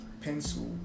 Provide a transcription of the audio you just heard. pencil